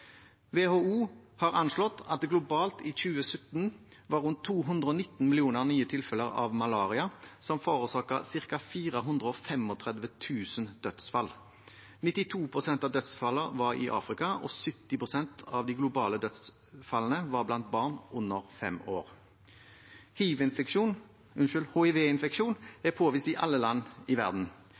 WHO har anslått at det globalt i 2017 var rundt 219 millioner nye tilfeller av malaria, som forårsaket ca. 435 000 dødsfall. 92 pst. av dødsfallene var i Afrika, og 70 pst. av de globale dødsfallene var blant barn under fem år. Hivinfeksjon er påvist i alle land i verden.